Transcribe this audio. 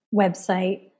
website